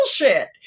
bullshit